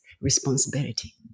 responsibility